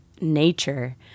nature